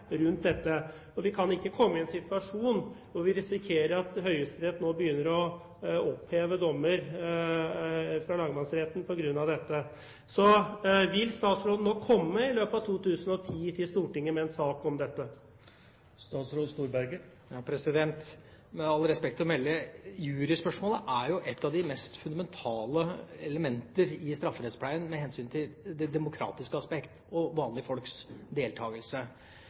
rundt dette. Og vi kan ikke komme i en situasjon hvor vi risikerer at Høyesterett nå begynner å oppheve dommer fra lagmannsretten på grunn av dette. Vil statsråden i løpet av 2010 komme til Stortinget med en sak om dette? Med all respekt å melde: Juryspørsmålet er jo et av de mest fundamentale elementer i strafferettspleien med hensyn til det demokratiske aspekt og vanlige folks deltakelse.